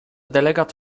delegat